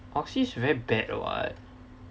oxy is very bad [what]